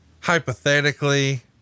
hypothetically